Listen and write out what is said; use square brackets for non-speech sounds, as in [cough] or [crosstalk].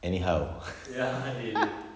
[noise] ya they